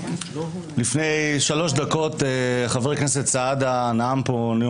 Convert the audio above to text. לפני שלוש דקות חבר הכנסת סעדה נאם פה נאום